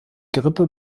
gerippe